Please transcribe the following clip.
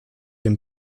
dem